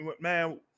man